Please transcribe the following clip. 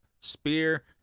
Spear